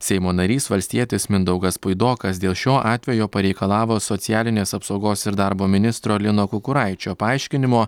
seimo narys valstietis mindaugas puidokas dėl šio atvejo pareikalavo socialinės apsaugos ir darbo ministro lino kukuraičio paaiškinimo